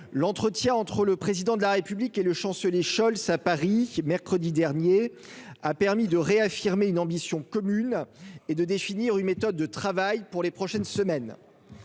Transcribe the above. l'entretien entre le président de la République et le chancelier Scholz à Paris, mercredi dernier, a permis de réaffirmer une ambition commune et de définir une méthode de travail pour les prochaines semaines,